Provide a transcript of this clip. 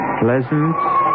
Pleasant